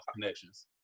connections